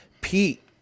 Pete